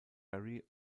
berry